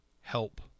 help